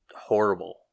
horrible